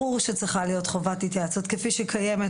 ברור שצריכה להיות חובת התייעצות כפי שקיימת